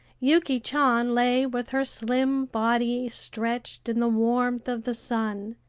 yuki chan lay with her slim body stretched in the warmth of the sun.